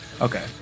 okay